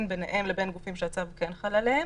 ביניהם לבין גופים שהצו כן חל עליהם,